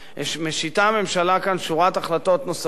משיתה הממשלה כאן שורת החלטות נוספות